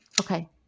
Okay